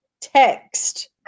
text